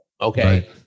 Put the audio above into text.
Okay